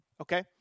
okay